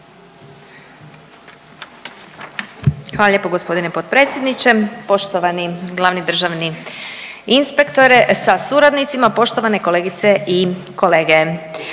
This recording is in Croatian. Hvala lijepo poštovani potpredsjedniče. Poštovani glavni državni inspektore sa suradnicima, kolegice i kolege,